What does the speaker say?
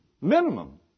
Minimum